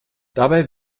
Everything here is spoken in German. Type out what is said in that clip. dabei